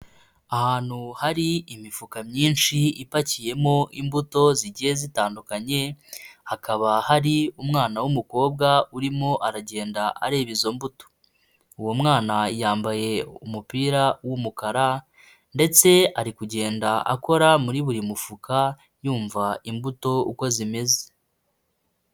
Ahantu hari imifuka myinshi ipakiyemo imbuto zigiye zitandukanye, hakaba hari umwana w'umukobwa urimo aragenda areba izo mbuto. Uwo mwana yambaye umupira w'umukara ndetse ari kugenda akora muri buri mufuka yumva imbuto uko zimeze.